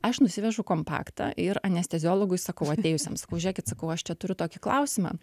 aš nusivežu kompaktą ir anesteziologui sakau atėjusiem sakau žiūrėkit sakau aš čia turiu tokį klausimą